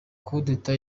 kudeta